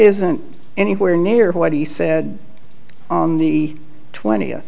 isn't anywhere near what he said on the twentieth